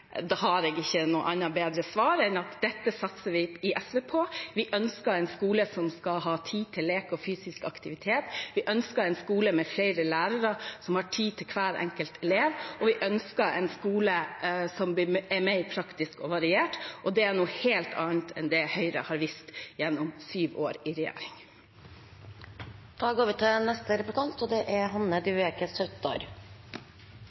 dette satser vi i SV på. Vi ønsker en skole som skal ha tid til lek og fysisk aktivitet, vi ønsker en skole med flere lærere som har tid til hver enkelt elev, og vi ønsker en skole som er mer praktisk og variert, og det er noe helt annet enn det Høyre har vist gjennom syv år i regjering. Vi hørte nettopp en lang liste fra SV over hva de skal bruke penger på, men de ønsker også gratis barnehage og